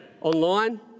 Online